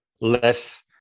less